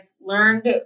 learned